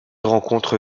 rencontre